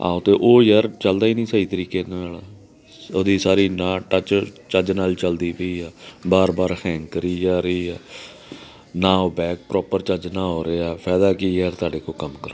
ਆਹੋ ਅਤੇ ਉਹ ਯਾਰ ਚਲਦਾ ਹੀ ਨਹੀਂ ਸਹੀ ਤਰੀਕੇ ਨਾਲ ਉਹਦੀ ਸਾਰੀ ਨਾ ਟੱਚ ਚੱਜ ਨਾਲ ਚਲਦੀ ਪਈ ਆ ਬਾਰ ਬਾਰ ਹੈਂਗ ਕਰੀ ਜਾ ਰਹੀ ਹੈ ਨਾ ਉਹ ਬੈਕ ਪ੍ਰੋਪਰ ਚੱਜ ਨਾਲ ਹੋ ਰਿਹਾ ਫਾਇਦਾ ਕੀ ਹੈ ਤੁਹਾਡੇ ਕੋਲ ਕੰਮ ਕਰਾਉਣ ਦਾ